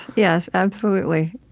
yes, absolutely.